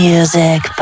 Music